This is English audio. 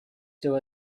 still